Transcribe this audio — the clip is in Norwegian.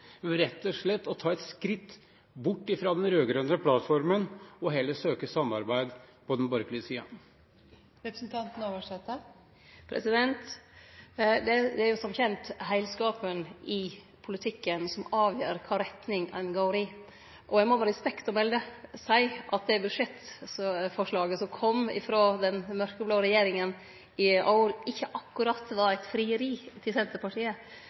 og slett å ta et skritt bort fra den rød-grønne plattformen og heller søke samarbeid på den borgerlige siden? Det er jo som kjent heilskapen i politikken som avgjer kva retning ein går i. Eg må med respekt å melde seie at det budsjettforslaget som kom frå den mørkeblå regjeringa i år, ikkje akkurat var eit frieri til Senterpartiet.